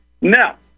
now